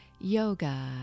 yoga